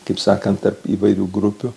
kaip sakant tarp įvairių grupių